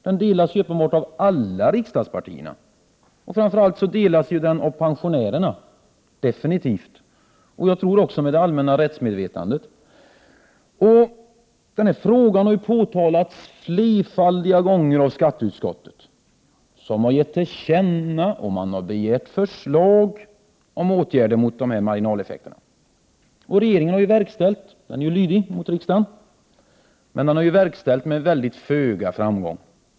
Den delas uppenbarligen av alla riksdagspartierna. Framför allt delas den av pensionärerna, liksom den ingår i det allmänna rättsmedvetandet. Frågan har påtalats flerfaldiga gånger av skatteutskottet, som har gett till känna och begärt förslag om åtgärder mot marginaleffekterna. Regeringen har verkställt, den är lydig mot riksdagen. Men den har verkställt med föga framgång.